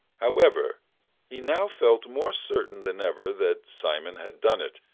however' he now felt more certain than ever that simon had done it,